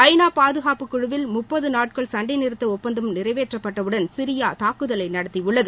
ஐநா பாதுகாப்புக்குழுவில் முப்பது நாட்கள் சண்டை நிறுத்த ஒப்பந்தம் நிறைவேற்றப்பட்டவுடன் சிரியா தாக்குதலை நடத்தியுள்ளது